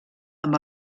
amb